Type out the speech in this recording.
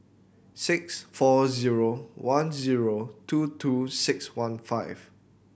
six four zero one zero two two six one five